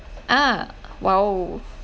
ah !wow!